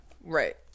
Right